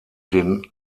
den